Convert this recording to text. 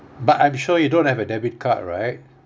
but I'm sure you don't have a debit card right